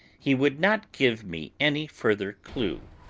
he would not give me any further clue.